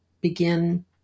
begin